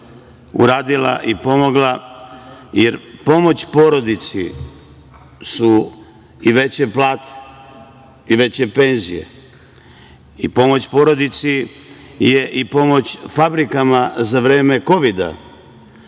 uradila i pomogla, jer pomoć porodici su i veće plate i veće penzije i pomoć porodici je i pomoć fabrikama za vreme kovida,